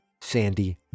Sandy